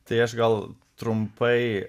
tai aš gal trumpai